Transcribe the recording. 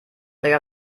der